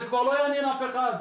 זה כבר לא יעניין אף אחד,